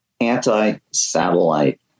Anti-satellite